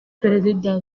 perezida